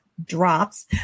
drops